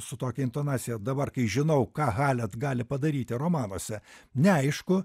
su tokia intonacija o dabar kai žinau ką halet gali padaryti romanuose neaišku